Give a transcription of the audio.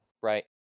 right